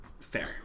Fair